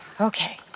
Okay